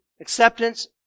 Acceptance